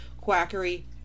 quackery